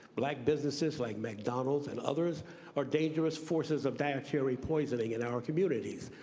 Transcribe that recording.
black businesses like mcdonald's and others are dangerous forces of dietary poisoning in our communities